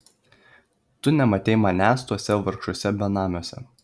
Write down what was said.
tu nematei manęs tuose vargšuose benamiuose